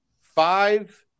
five